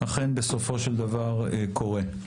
אכן בסופו של דבר קורים.